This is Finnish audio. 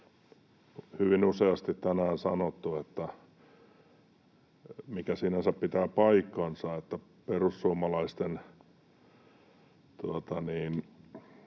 hyvin useasti tänään sanottu, mikä sinänsä pitää paikkansa, että perussuomalaisten